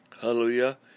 Hallelujah